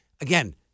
again